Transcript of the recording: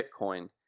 Bitcoin